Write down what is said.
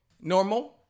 Normal